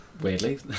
Weirdly